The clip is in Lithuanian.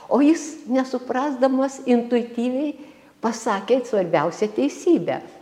o jis nesuprasdamas intuityviai pasakė svarbiausią teisybę